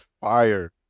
fire